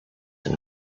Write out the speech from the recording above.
and